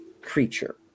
creature